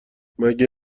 مگه